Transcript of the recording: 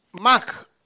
Mark